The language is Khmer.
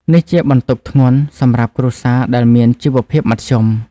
នេះជាបន្ទុកធ្ងន់សម្រាប់គ្រួសារដែលមានជីវភាពមធ្យម។